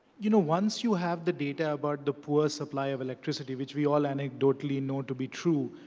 you know once you have the data about the poor supply of electricity, which we all anecdotally know to be true,